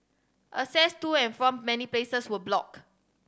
access do and from many places were block